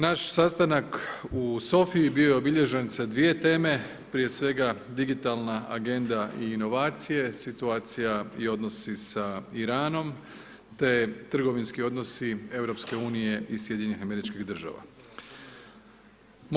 Naš sastanak u Sofi je bio obilježen sa 2 teme, prije svega digitalna arenda i inovacije, situacija i odnosi sa Iranom, te trgovinski odnosi EU i SAD-a.